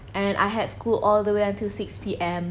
and I had school all the way until six P_M